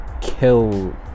kill